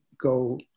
go